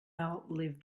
outlive